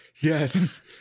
yes